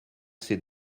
ces